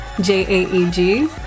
J-A-E-G